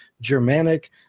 Germanic